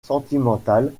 sentimentale